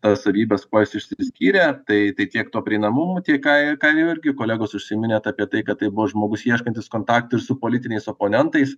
tas savybes kuo jis išsiskyrė tai tai tiek tuo prieinamumu tiek ką ką irgi kolegos užsiminėt apie tai kad tai buvo žmogus ieškantis kontaktų ir su politiniais oponentais